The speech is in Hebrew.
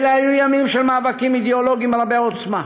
אלה היו ימים של מאבקים אידיאולוגיים רבי עוצמה.